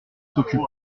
s’occupe